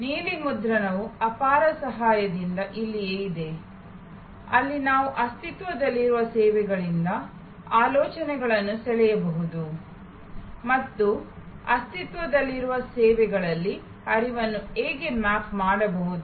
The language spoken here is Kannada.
ನೀಲಿ ನಕ್ಷೆಯಿಂದಅಪಾರ ಸಹಾಯದಿಂದ ಇಲ್ಲಿಯೇ ಇದೆ ಅಲ್ಲಿ ನಾವು ಅಸ್ತಿತ್ವದಲ್ಲಿರುವ ಸೇವೆಗಳಿಂದ ಆಲೋಚನೆಗಳನ್ನು ಸೆಳೆಯಬಹುದು ಮತ್ತು ಅಸ್ತಿತ್ವದಲ್ಲಿರುವ ಸೇವೆಗಳಲ್ಲಿ ಹರಿವನ್ನು ಹೇಗೆ ಮ್ಯಾಪ್ ಮಾಡಬಹುದು